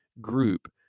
group